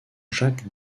jacques